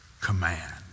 command